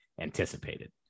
anticipated